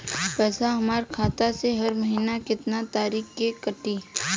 पैसा हमरा खाता से हर महीना केतना तारीक के कटी?